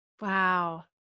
Wow